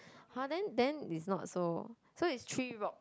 !wah! then then it's not so so it's three rocks